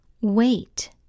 wait